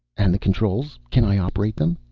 and the controls? can i operate them?